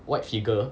white figure